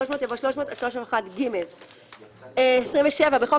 300" יבוא "300 עד 301ג". תיקון חוק